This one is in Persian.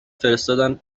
فرستادن